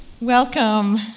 Welcome